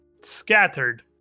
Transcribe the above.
scattered